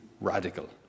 radical